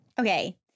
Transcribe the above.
Okay